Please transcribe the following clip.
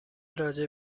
راجع